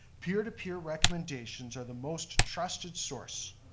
peer to peer recommendations are the most trusted source.